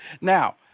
Now